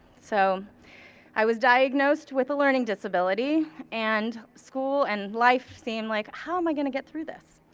so i was diagnosed with a learning disability, and school and life seemed like, how am i gonna get through this?